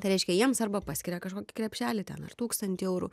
tai reiškia jiems arba paskiria kažkokį krepšelį ten ar tūkstantį eurų